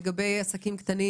לגבי עסקים קטנים,